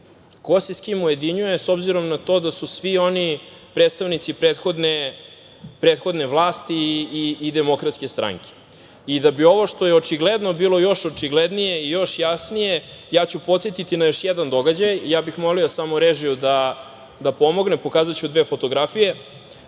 Ko se s kim ujedinjuje, s obzirom na to da su svi oni predstavnici prethodne vlasti i Demokratske stranke? Da bi ovo što je očigledno bilo još očiglednije i još jasnije, ja ću podsetiti na još jedan događaj. Molio bih samo režiju da pomogne, pokazaću dve fotografije.